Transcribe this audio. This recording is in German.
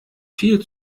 viel